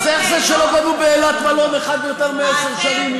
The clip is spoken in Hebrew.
אז איך זה שלא בנו באילת מלון אחד יותר מעשר שנים,